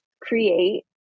create